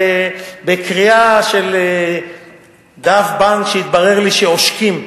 בקריאה של דף בנק שהתברר לי שעושקים,